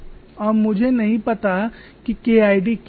और मुझे नहीं पता कि K Id क्या है